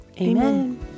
Amen